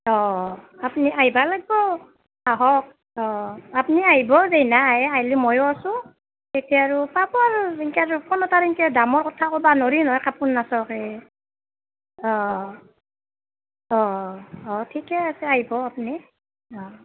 অঁ অঁ আপুনি আহিব লাগিব আহক অঁ আপুনি আহিব যিনা আহে আহিলে ময়ো আছোঁ তেতিয়া আৰু পাব আৰু এনকৈ আৰু ফোনত আৰু এনকৈ দামৰ কথা ক'ব নৰি নহয় কাপোৰ নাচৱাকে অঁ অঁ অঁ অঁ অঁ ঠিকে আছে আহিব আপুনি অঁ